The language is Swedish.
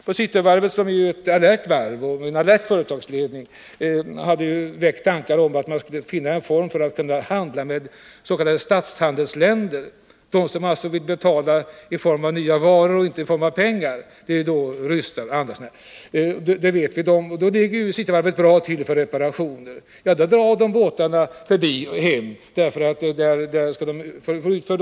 Inom Cityvarvet, som är ett alert varv med en alert företagsledning, har 149 man funderat över att finna former för att kunna handla med de s.k. statshandelsländerna, sådana länder som vill betala i form av nya varor och inte i form av pengar. Det gäller bl.a. ryssarna. Cityvarvet ligger bra till för att reparera sovjetiska båtar. Men nu bogseras de bara hem och repareras där.